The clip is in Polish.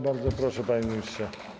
Bardzo proszę, panie ministrze.